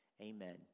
amen